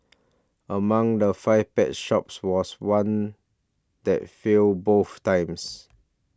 among the five pet shops was one that failed both times